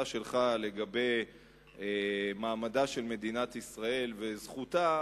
שלך לגבי מעמדה של מדינת ישראל וזכותה,